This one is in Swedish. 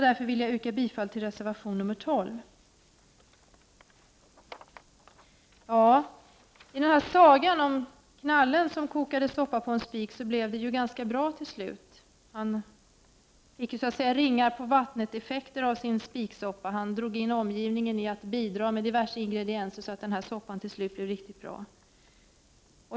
Därför yrkar jag bifall till reservation 12. I sagan om knallen som kokade soppa på en spik blev det ganska bra till slut. Han fick så att säga ringar-på-vattnet-effekter av sin spiksoppa. Han fick omgivningen att bidra med diverse ingredienser, så att denna soppa till slut blev riktigt bra.